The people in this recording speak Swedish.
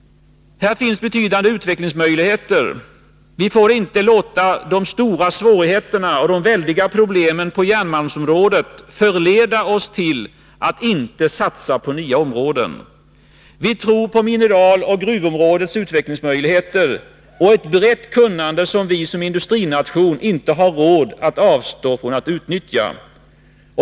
Här finns betydande utvecklingsmöjligheter. Vi får inte låta de stora svårigheterna och de väldiga problemen på järnmalmsområdet förleda oss till att inte satsa på nya områden. Vi tror på mineraloch gruvområdets utvecklingsmöjligheter och ett brett kunnade som vi som industrination inte har råd att avstå från att utnyttja.